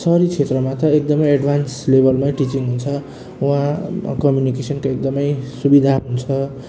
सहरी क्षेत्रमा त एकदमै एड्भान्स लेभलमै टिचिङ हुन्छ वहाँ कम्युनिकेसनको एकदमै सुविधा हुन्छ